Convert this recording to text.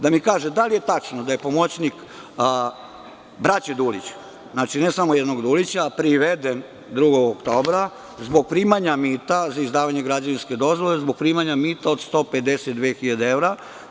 Da mi kaže - da li je tačno da je pomoćnik braće Dulić, znači ne samo jednog Dulića, priveden 2. oktobra zbog primanja mita za izdavanje građevinske dozvole od 152 hiljade evra?